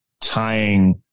tying